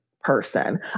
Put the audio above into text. person